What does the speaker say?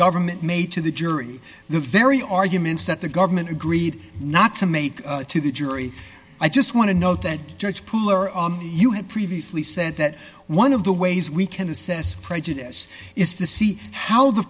government made to the jury the very arguments that the government agreed not to make to the jury i just want to note that judge pooler you have previously said that one of the ways we can assess prejudice is to see how the